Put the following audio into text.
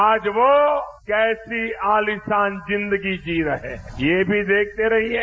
आज वो कैसी आलीशान जिंदगी जी रहे ये भी देखते रहिये